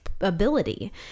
ability